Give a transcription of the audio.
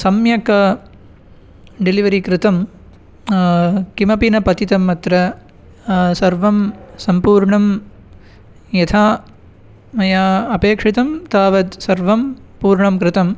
सम्यक् डेलिवरि कृतं किमपि न पतितम् अत्र सर्वं सम्पूर्णं यथा मया अपेक्षितं तावत् सर्वं पूर्णं कृतम्